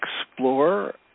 explore